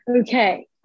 Okay